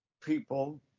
people